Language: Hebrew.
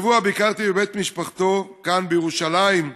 השבוע ביקרתי בבית משפחתו כאן, בירושלים,